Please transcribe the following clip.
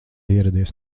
ieradies